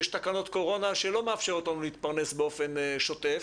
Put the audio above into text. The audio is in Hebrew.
יש תקנות קורונה שלא מאפשרות לנו להתפרנס באופן שוטף,